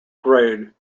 grade